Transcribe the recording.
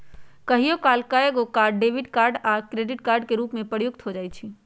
कहियो काल एकेगो कार्ड डेबिट कार्ड आ क्रेडिट कार्ड के रूप में प्रयुक्त हो जाइ छइ